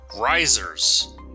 Risers